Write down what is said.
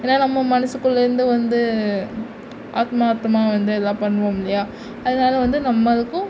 ஏன்னா நம்ம மனசுக்குள்லேருந்து வந்து ஆத்மாத்தமாக வந்து இதெலாம் பண்ணுவோம் இல்லையா அதனால வந்து நம்மளுக்கும்